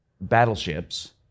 battleships